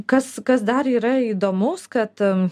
kas kas dar yra įdomaus kad